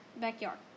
Backyard